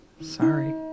Sorry